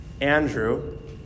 Andrew